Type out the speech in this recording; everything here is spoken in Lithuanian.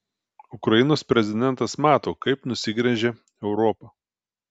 ukrainos prezidentas mato kaip nusigręžia europa